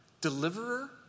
Deliverer